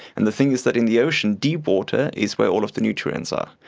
and the thing is that in the ocean, deep water is where all of the nutrients are.